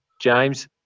James